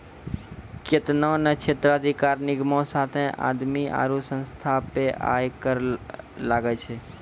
केतना ने क्षेत्राधिकार निगमो साथे आदमी आरु संस्था पे आय कर लागै छै